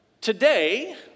today